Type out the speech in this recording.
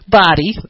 body